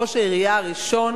ראש העירייה הראשון